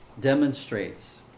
demonstrates